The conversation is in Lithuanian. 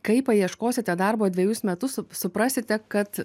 kai paieškosite darbo dvejus metus sup suprasite kad